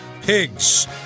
pigs